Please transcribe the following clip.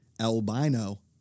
albino